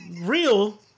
real